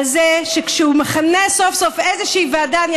על זה שכשהוא מכנס סוף-סוף איזושהי ועדה בנושא הזה,